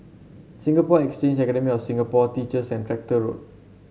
Singapore Exchange Academy of Singapore Teachers and Tractor Road